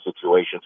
situations